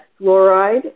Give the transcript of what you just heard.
fluoride